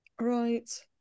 Right